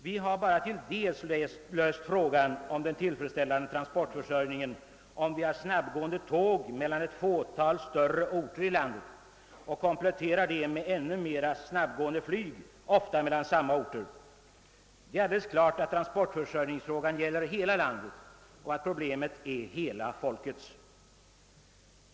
Vi har bara delvis löst frågan om den tillfredsställande = transportförsörjningen, om vi har snabbgående tåg mellan ett fåtal större orter i landet och dessutom kompletterar detta med ett ännu mer snabbgående flyg, ofta mellan samma orter. Det är alldeles klart att transportförsörjningsfrågan gäller hela landet och att problemet är hela folkets.